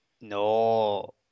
No